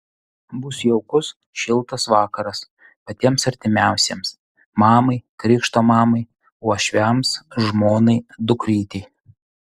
bus jaukus šiltas vakaras patiems artimiausiems mamai krikšto mamai uošviams žmonai dukrytei